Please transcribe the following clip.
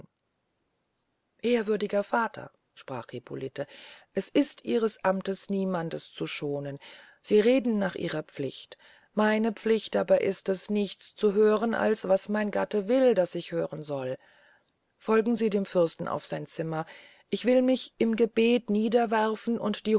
ehrwürdiger vater sprach hippolite es ist ihr amt niemands zu schonen sie reden nach ihrer pflicht meine pflicht aber ist es nichts zu hören als was mein gemahl will daß ich hören soll folgen sie dem fürsten auf sein zimmer ich will mich im gebet nieder werfen und die